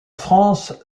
france